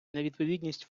невідповідність